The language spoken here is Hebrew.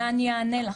ואני אענה לך.